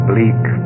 bleak